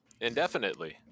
Indefinitely